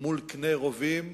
מול קני רובים,